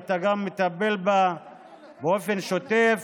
ואתה גם מטפל בה באופן שוטף,